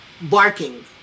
barking